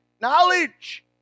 knowledge